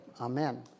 Amen